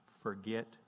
forget